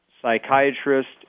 psychiatrist